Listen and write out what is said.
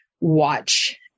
watch